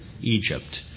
Egypt